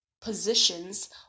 positions